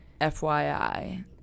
fyi